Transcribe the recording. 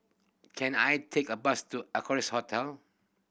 can I take a bus to Equarius Hotel